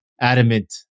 adamant